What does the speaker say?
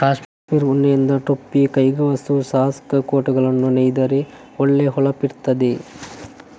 ಕಾಶ್ಮೀರ್ ಉಣ್ಣೆಯಿಂದ ಟೊಪ್ಪಿ, ಕೈಗವಸು, ಸಾಕ್ಸ್, ಕೋಟುಗಳನ್ನ ನೇಯ್ದರೆ ಒಳ್ಳೆ ಹೊಳಪಿರ್ತದೆ